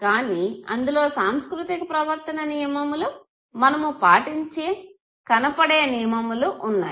కానీ అందులో సాంస్కృతిక ప్రవర్తన నిమయములు మనము పాటించే కనపడే నిమయములు ఉన్నాయి